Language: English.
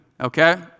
okay